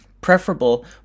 Preferable